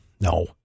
no